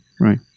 Right